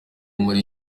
muri